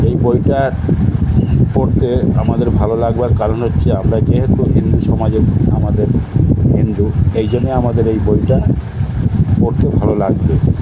এই বইটা পড়তে আমাদের ভালো লাগবার কারণ হচ্ছে আমরা যেহেতু হিন্দু সমাজের আমাদের হিন্দু এই জন্যই আমাদের এই বইটা পড়তে ভালো লাগবে